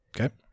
Okay